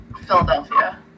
Philadelphia